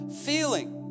feeling